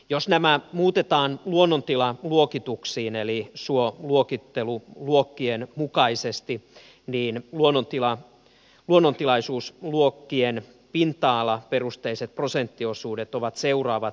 jos nämä muutetaan luonnontilaluokituksiin eli suoluokitteluluokkien mukaisiksi niin luonnontilaisuusluokkien pinta alaperusteiset prosenttiosuudet ovat seuraavat